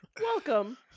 Welcome